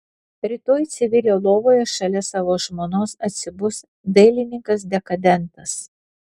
rytoj civilio lovoje šalia savo žmonos atsibus dailininkas dekadentas